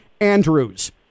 Andrews